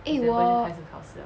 eh 我